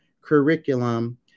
curriculum